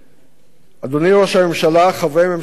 אדוני ראש הממשלה, חברי ממשלת ישראל,